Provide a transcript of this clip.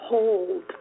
Hold